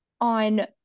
on